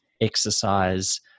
exercise